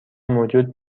موجود